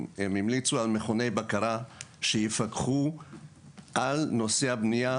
הם המליצו על מכוני בקרה שיפקחו על נושא הבנייה,